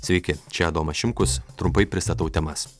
sveiki čia adomas šimkus trumpai pristatau temas